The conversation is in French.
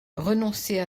renoncer